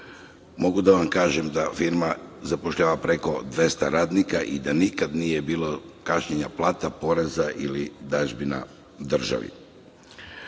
Mogu da vam kažem da firma zapošljava preko 200 radnika i da nikad nije bilo kašnjenja plata, poreza ili dažbina državi. Posebno